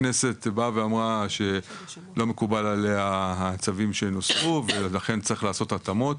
הכנסת באה ואמרה שלא מקובל עליה הצווים שנוספו ולכן צריך לעשות התאמות.